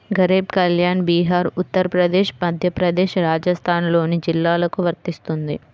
గరీబ్ కళ్యాణ్ బీహార్, ఉత్తరప్రదేశ్, మధ్యప్రదేశ్, రాజస్థాన్లోని జిల్లాలకు వర్తిస్తుంది